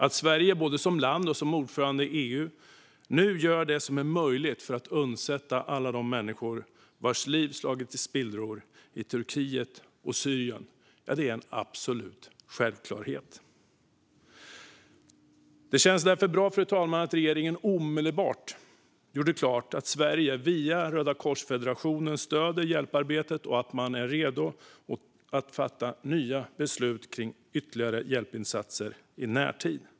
Att Sverige både som land och som ordförande i EU gör det som är möjligt för att undsätta alla de människor vars liv slagits i spillror i Turkiet och Syrien är en absolut självklarhet. Det känns därför bra att regeringen omedelbart gjorde klart att Sverige via Rödakorsfederationen stöder hjälparbetet och att man är redo att fatta nya beslut om ytterligare hjälpinsatser i närtid.